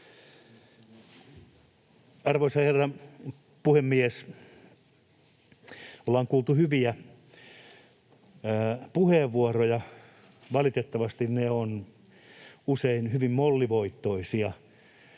Arvoisa puhemies! Ollaan kuultu hyviä puheenvuoroja. Valitettavasti ne ovat usein hyvin mollivoittoisia,